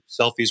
selfies